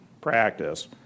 practice